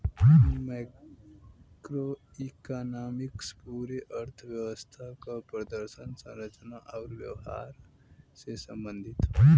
macroeconomics पूरे अर्थव्यवस्था क प्रदर्शन, संरचना आउर व्यवहार से संबंधित हौ